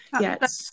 yes